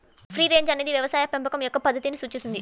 free range అనేది వ్యవసాయ పెంపకం యొక్క పద్ధతిని సూచిస్తుంది